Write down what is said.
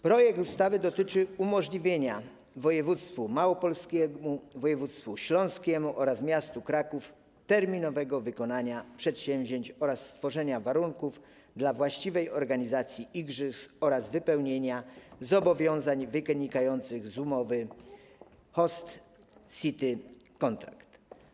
Projekt ustawy dotyczy umożliwienia województwu małopolskiemu, województwu śląskiemu oraz miastu Kraków terminowego wykonania przedsięwzięć oraz stworzenia warunków dla właściwej organizacji igrzysk oraz wypełnienia zobowiązań wynikających z umowy Host City Contract.